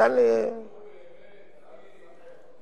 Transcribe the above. באמת, תרשה לי לחלוק על האמירה.